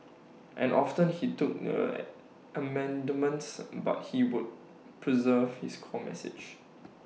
and often he took in their amendments but he would preserve his core message